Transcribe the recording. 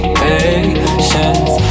patience